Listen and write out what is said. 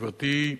גברתי,